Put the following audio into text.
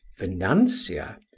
financier,